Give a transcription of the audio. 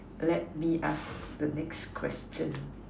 let me ask the next question